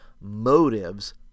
Motives